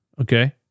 okay